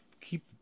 keep